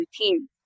routine